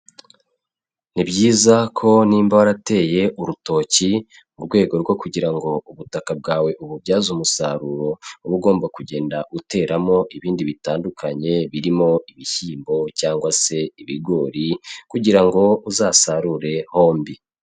Ni byiza ko nimba warateye urutoki, mu rwego rwo kugira ngo ubutaka bwawe ububyaze umusaruro uba ugomba kugenda uteramo ibindi bitandukanye birimo; ibishyimbo cyangwa se ibigori kugira ngo uzasarure hombi.